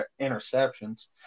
interceptions